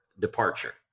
departure